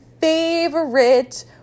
favorite